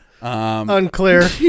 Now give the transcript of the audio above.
Unclear